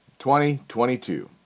2022